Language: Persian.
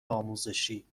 آموزشی